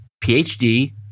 PhD